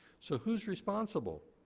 so who's responsible?